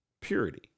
purity